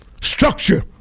Structure